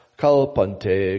kalpante